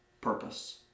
purpose